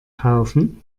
kaufen